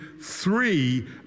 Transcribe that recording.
three